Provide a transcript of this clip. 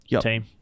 team